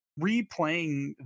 replaying